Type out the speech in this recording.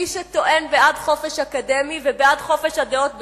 מי שטוען בעד חופש אקדמי ובעד חופש הדעות בצה"ל,